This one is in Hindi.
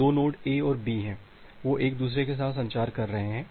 2 नोड A और B हैं वे एक दूसरे के साथ संचार कर रहे हैं